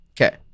Okay